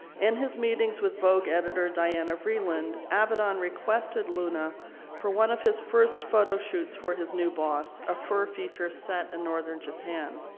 in his meetings with vogue editor diana vreeland, avedon requested luna for one of his first photo shoots for his new boss a fur feature set in northern japan.